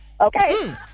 Okay